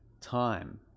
time